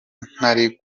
ntari